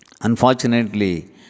Unfortunately